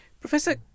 Professor